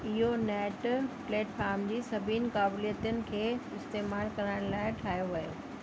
इहो net platform जी सभिनी क़ाबिलियतनि खे इस्तेमाल करण लाइ ठाहियो वियो